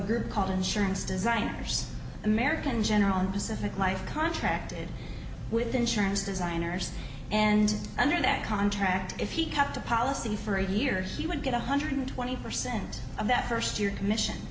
group called insurance designers american general and pacific life contracted with insurance designers and under that contract if he kept a policy for a year he would get one hundred twenty percent of that first year commission